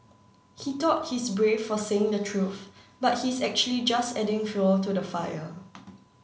he thought he's brave for saying the truth but he's actually just adding fuel to the fire